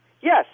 Yes